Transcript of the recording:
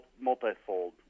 multifold